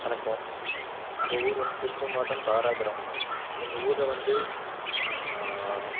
வணக்கம் எங்கள் ஊர் வந்து திருப்பூர் மாவட்டம் தாராபுரம் எங்கள் ஊரில் வந்து